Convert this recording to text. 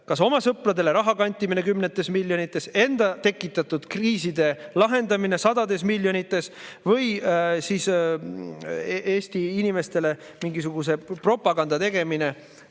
kas oma sõpradele raha kantimine kümnetes miljonites, enda tekitatud kriiside lahendamine sadades miljonites või siis Eesti inimestele mingisuguse propaganda tegemine